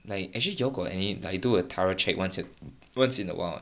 like actually y'all got any like do a thorough check once a once in a while ah